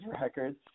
records